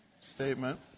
statement